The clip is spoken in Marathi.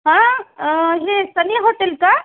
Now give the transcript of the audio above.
हां हे सनी हॉटेल का